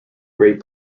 great